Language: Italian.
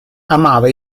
amava